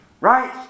Right